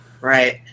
right